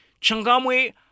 Changamwe